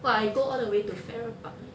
!wah! I go all the way to farrer park eh